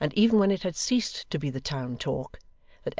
and even when it had ceased to be the town-talk,